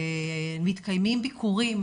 מתקיימים ביקורים,